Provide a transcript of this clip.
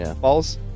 balls